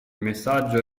messaggio